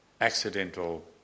accidental